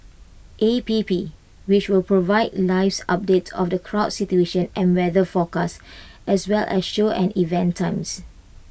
A P P which will provide lives updates of the crowd situation and weather forecast as well as show and event times